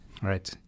Right